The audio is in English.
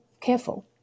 careful